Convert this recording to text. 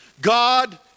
God